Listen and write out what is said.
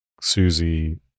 Susie